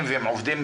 ועובדים